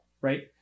Right